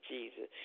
Jesus